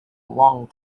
long